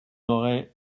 aurait